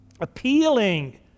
appealing